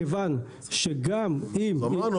מכיוון שגם אם --- אמרנו,